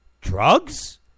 drugs